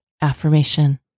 affirmation